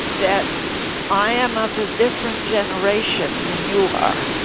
that i am of a different generation than you are,